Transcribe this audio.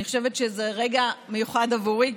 אני חושבת שזה רגע מיוחד עבורי,